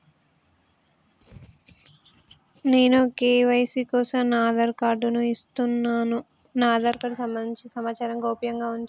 నేను నా కే.వై.సీ కోసం నా ఆధార్ కార్డు ను ఇస్తున్నా నా ఆధార్ కార్డుకు సంబంధించిన సమాచారంను గోప్యంగా ఉంచుతరా?